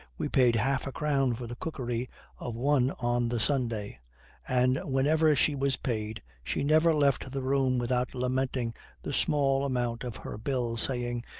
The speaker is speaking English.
we paid half-a-crown for the cookery of one on the sunday and, whenever she was paid, she never left the room without lamenting the small amount of her bill, saying,